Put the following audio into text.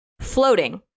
floating